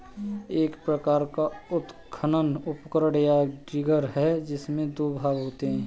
एक प्रकार का उत्खनन उपकरण, या डिगर है, जिसमें दो भाग होते है